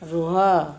ରୁହ